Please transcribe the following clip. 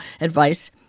advice